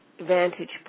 vantage